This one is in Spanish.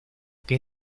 que